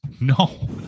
No